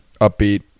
Upbeat